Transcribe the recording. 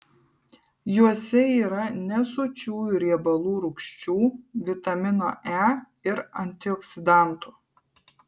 juose yra nesočiųjų riebalų rūgščių vitamino e ir antioksidantų